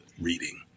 reading